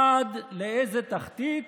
עד לאיזו תחתית